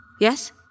Yes